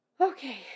okay